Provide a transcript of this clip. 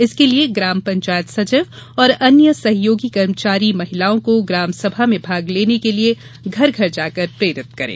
इसके लिए ग्राम पंचायत सचिव और अन्य सहयोगी कर्मचारी महिलाओं को ग्रामसभा में भाग लेने के लिए घर घर जाकर प्रेरित करें